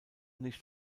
nicht